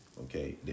Okay